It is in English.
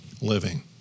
living